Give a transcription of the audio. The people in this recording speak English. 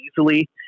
easily